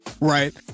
right